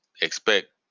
expect